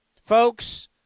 Folks